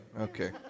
Okay